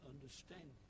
understanding